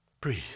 Breathe